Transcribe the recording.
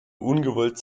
ungewollt